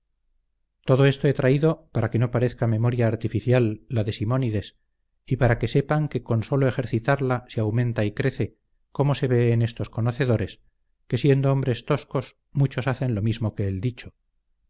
todo esto he traído para que no parezca memoria artificial la de simónides y para que sepan que con solo ejercitarla se aumenta y crece como se ve en estos conocedores que siendo hombres toscos muchos hacen lo mismo que el dicho